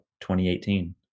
2018